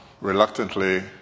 reluctantly